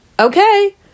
okay